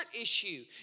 issue